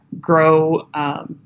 grow